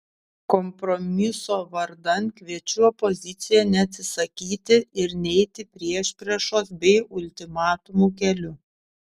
kompromiso vardan kviečiu opoziciją neatsisakyti ir neiti priešpriešos bei ultimatumų keliu